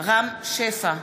רם שפע,